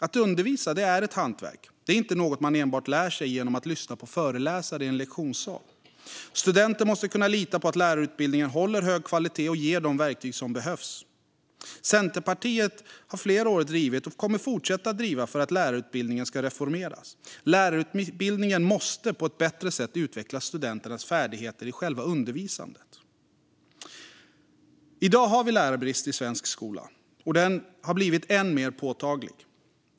Att undervisa är ett hantverk. Det är inte något man enbart lär sig genom att lyssna på föreläsare i en lektionssal. Studenter måste kunna lita på att lärarutbildningen håller hög kvalitet och ger de verktyg som behövs. Centerpartiet har i flera år drivit och kommer att fortsätta att driva att lärarutbildningen ska reformeras. Lärarutbildningen måste på ett bättre sätt utveckla studenternas färdigheter i själva undervisandet. I dag har vi lärarbrist i svensk skola, och den har blivit än mer påtaglig.